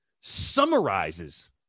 summarizes